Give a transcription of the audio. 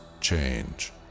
change